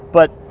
but